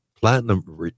platinum